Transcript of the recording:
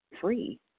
free